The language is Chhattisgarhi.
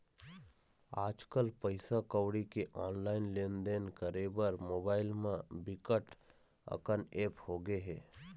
आजकल पइसा कउड़ी के ऑनलाईन लेनदेन करे बर मोबाईल म बिकट अकन ऐप होगे हे